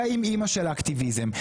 זה האימ-אימא שלה אקטיביזם.